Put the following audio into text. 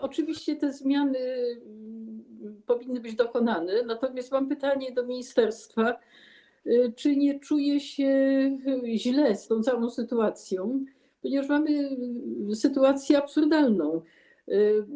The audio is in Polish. Oczywiście te zmiany powinny być dokonane, natomiast mam pytanie do ministerstwa, czy nie czuje się źle z tą całą sytuacją, ponieważ mamy sytuację absurdalną.